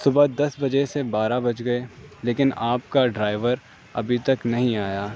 صبح دس بجے سے بارہ بج گئے لیکن آپ کا ڈرائیور ابھی تک نہیں آیا